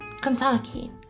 kentucky